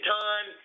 time